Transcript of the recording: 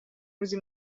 روزی